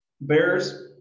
Bears